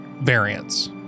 variants